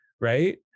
right